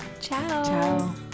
Ciao